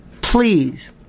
Please